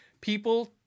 People